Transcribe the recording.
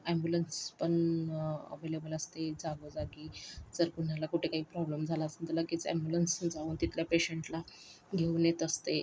ambulance पण available असते जागोजागी जर कुणाला कुठे काही प्रॉब्लेम झाला असेल तर लगेच ॲम्बुलन्स जाऊन तिथल्या पेशंटला घेऊन येत असते